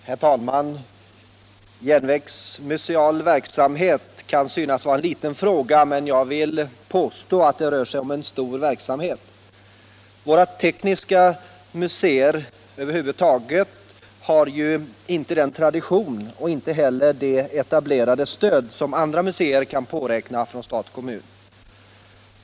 Herr talman! Järnvägsmuseal verksamhet kan synas vara en liten fråga, men jag vill påstå att det rör sig om en stor verksamhet. Våra tekniska museer över huvud taget har ju inte så lång tradition och äger inte heller det etablerade stöd som andra museer kan påräkna från stat och kommun.